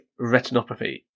retinopathy